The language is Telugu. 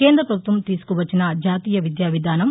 కేంద్ర ప్రభుత్వం తీసుకువచ్చిన జాతీయ విద్యావిధానం